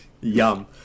yum